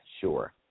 Sure